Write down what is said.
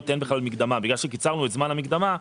אין בכלל מקדמה בגלל שקיצרנו את זמן המקדמה,